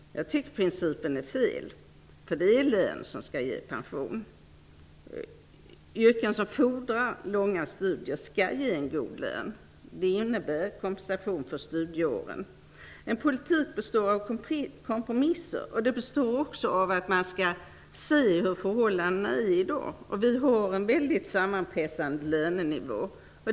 Den principen är fel. Det är lön som skall ge pension. Yrken som fordrar långa studier skall ge en god lön, och det innebär kompensation för studieåren. Politik består av kompromisser och av att man skall se på hur förhållandena är i dag. Lönenivån är väldigt sammanpressad.